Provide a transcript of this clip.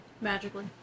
Magically